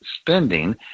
spending